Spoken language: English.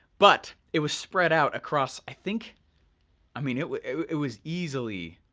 but it was spread out across i think i mean it was it was easily,